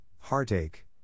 heartache